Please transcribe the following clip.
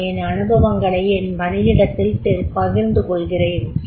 நான் என் அனுபவங்களை என் பணியிடத்தில் பகிர்ந்துகொள்கிறேன்